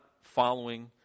following